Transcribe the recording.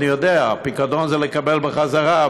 אני יודע: פיקדון זה לקבל בחזרה.